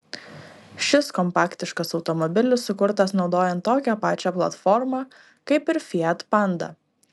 šis kompaktiškas automobilis sukurtas naudojant tokią pačią platformą kaip ir fiat panda